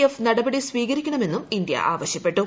F നടപടി സ്വീകരിക്കണമെന്നും ഇന്ത്യ ആവശ്യപ്പെട്ടു